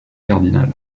cardinal